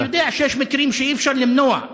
ואני יודע שיש מקרים שאי-אפשר למנוע.